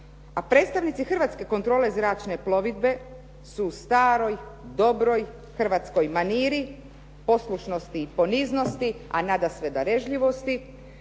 a predstavnici hrvatske kontrole zračne plovidbe su u staroj dobroj hrvatskoj maniri, poslušnosti i poniznosti a nadasve darežljivosti